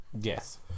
Yes